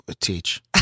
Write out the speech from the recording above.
teach